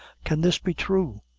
can this be thrue?